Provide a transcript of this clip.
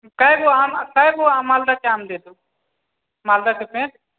कएगो आम कएगो आम मालदाके आम दय दू मालदाके पेड़